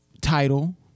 title